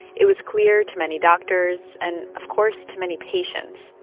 it was clear to many doctors and, of course, to many patients,